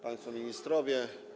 Państwo Ministrowie!